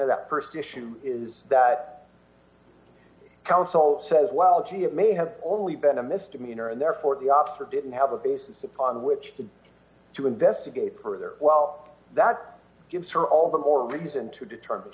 of that st issue is that counsel says well gee it may have only been a misdemeanor and therefore the ops are didn't have a basis upon which to investigate further well that gives her all the more reason to determine